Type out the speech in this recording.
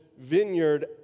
vineyard